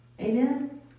Amen